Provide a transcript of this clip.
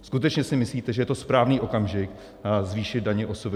Skutečně si myslíte, že je to správný okamžik zvýšit daně OSVČ?